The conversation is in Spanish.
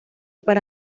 para